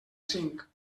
cinc